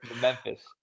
memphis